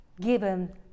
given